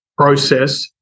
process